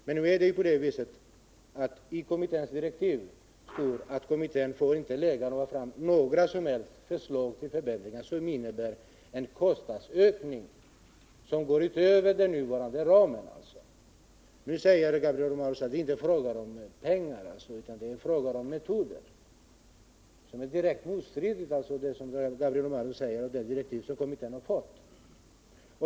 Men i kommitténs direktiv står att kommittén inte får lägga fram några som helst förslag till förbättringar som innebär en kostnadsökning utöver den nuvarande ramen. Gabriel Romanus säger nu att det inte är fråga om pengar utan om metoder. Det strider direkt mot de direktiv som kommittén har fått.